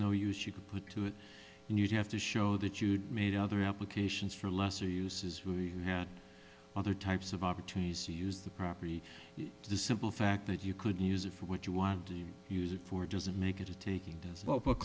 no use you could put to it and you'd have to show that you'd made other applications for lesser uses we had other types of opportunities to use the property the simple fact that you could use it for what you want to use it for doesn't make it a taking as well but